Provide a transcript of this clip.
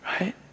right